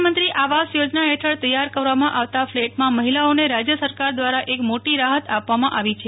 પ્રધાનમંત્રી આવાસ યોજના ફેઠળ તૈયાર કરવામાં આવતા ફ્લેટમાં મફિલાઓને રાજ્ય સરકાર દ્વારા એક મોટી રાફત આપવામાં આવી છે